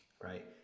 right